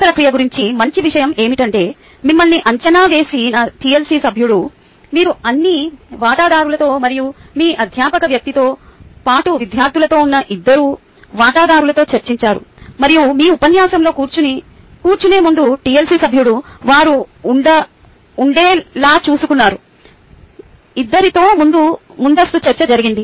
ఈ ప్రక్రియ గురించి మంచి విషయం ఏమిటంటే మిమ్మల్ని అంచనా వేసిన టిఎల్సి సభ్యుడు మీరు అన్ని వాటాదారులతో మరియు మీరు అధ్యాపక వ్యక్తితో పాటు విద్యార్థులతో ఉన్న ఇద్దరు వాటాదారులతో చర్చించారు మరియు మీ ఉపన్యాసంలో కూర్చుని కూర్చునే ముందు టిఎల్సి సభ్యుడు వారు ఉండేలా చూసుకున్నారు ఇద్దరితో ముందస్తు చర్చ జరిగింది